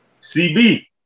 CB